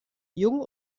jung